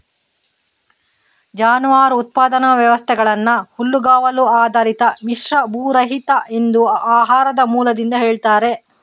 ಜಾನುವಾರು ಉತ್ಪಾದನಾ ವ್ಯವಸ್ಥೆಗಳನ್ನ ಹುಲ್ಲುಗಾವಲು ಆಧಾರಿತ, ಮಿಶ್ರ, ಭೂರಹಿತ ಎಂದು ಆಹಾರದ ಮೂಲದಿಂದ ಹೇಳ್ತಾರೆ